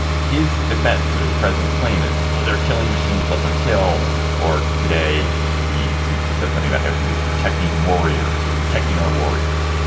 his defense or the president's claim is they're killing machines, let them kill or today. he seems to have said something about how he was protecting warriors. he's protecting our warriors.